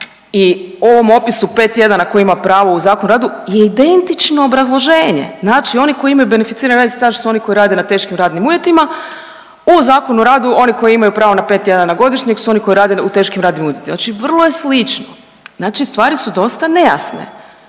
i ovom opisu 5 tjedana tko ima pravo u Zakonu o radu je identično obrazloženje. Znači oni koji imaju beneficirani radni staž su oni koji rade na teškim radnim uvjetima. U Zakonu o radu oni koji imaju pravo na 5 tjedana godišnjeg su oni koji rade u teškim radnim uvjetima. Znači vrlo je slično. Znači stvari su dosta nejasne.